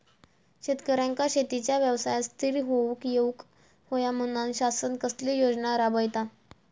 शेतकऱ्यांका शेतीच्या व्यवसायात स्थिर होवुक येऊक होया म्हणान शासन कसले योजना राबयता?